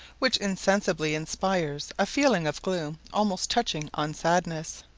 which insensibly inspires a feeling of gloom almost touching on sadness.